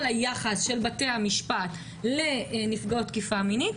היחס של בתי המשפט לנפגעות תקיפה מינית,